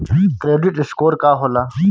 Credit score का होला?